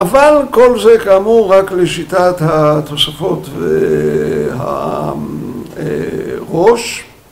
אבל כל זה כאמור רק לשיטת התוספות והראש